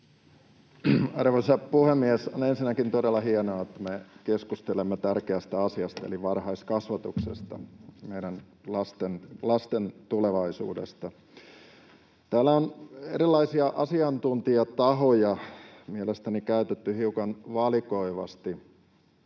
Arvoisa puhemies! On ensinnäkin todella hienoa, että me keskustelemme tärkeästä asiasta eli varhaiskasvatuksesta, meidän lasten tulevaisuudesta. Täällä on erilaisia asiantuntijatahoja mielestäni käytetty hiukan valikoivasti,